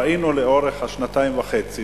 ראינו לאורך השנתיים וחצי,